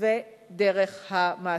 ודרך המעסיקים.